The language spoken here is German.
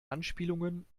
anspielungen